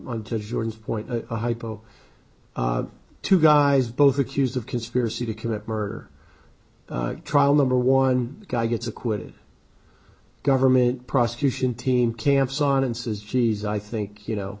point hypo two guys both accused of conspiracy to commit murder trial number one guy gets acquitted government prosecution team camps on and says geez i think you know